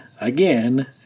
again